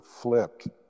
flipped